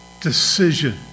decision